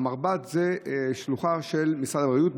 המרב"ד זו שלוחה של משרד הבריאות,